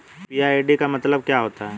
UPI ID का मतलब क्या होता है?